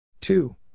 two